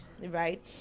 Right